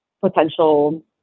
potential